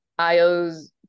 io's